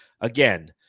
again